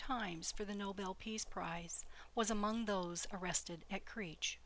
times for the nobel peace prize was among those arrested at creech